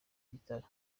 bitaro